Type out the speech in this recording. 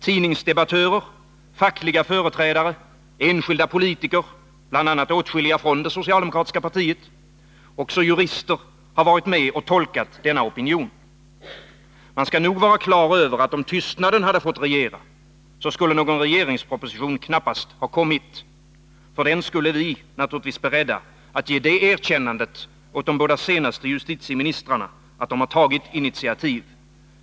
Tidningsdebattörer, fackliga företrädare, enskilda politiker — bl.a. åtskilliga från det socialdemokratiska partiet — och jurister har varit med och tolkat denna opinion. Man skall nog vara klar över att om tystnaden fått regera, skulle någon regeringsproposition knappast ha kommit. Likväl är vi beredda att ge det erkännandet åt de båda senaste justitieministrarna att de tagit initiativ.